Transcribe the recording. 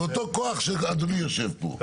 מאותו כוח שאדוני יושב פה.